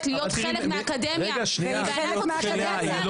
להיות חלק מהאקדמיה --- והיא חלק מהאקדמיה,